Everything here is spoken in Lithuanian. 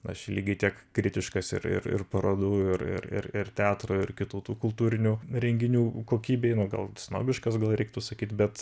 aš lygiai tiek kritiškas ir ir ir parodų ir ir ir ir teatro ir kitų tų kultūrinių renginių kokybei nu gal snobiškas gal reiktų sakyt bet